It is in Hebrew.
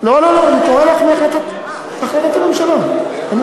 זה היה אמור להתפרסם בדצמבר 2011. לא,